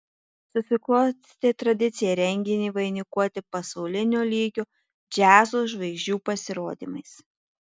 susiklostė tradicija renginį vainikuoti pasaulinio lygio džiazo žvaigždžių pasirodymais